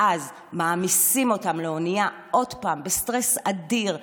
ואז מעמיסים אותם על האונייה, עוד פעם בסטרס אדיר,